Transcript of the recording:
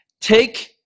take